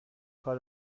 کار